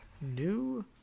new